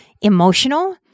emotional